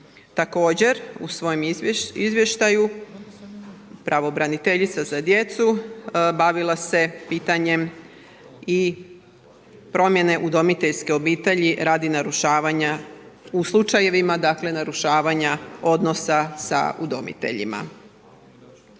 Također, u svojem izvještaju pravobraniteljica za djecu bavila se pitanjem i promjene udomiteljske obitelji radi narušavanja, u slučajevima narušavanja odnosa sa udomiteljima.